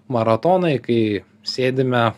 maratonai kai sėdime